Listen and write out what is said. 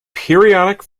periodic